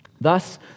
Thus